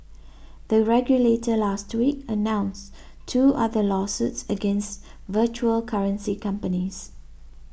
the regulator last week announced two other lawsuits against virtual currency companies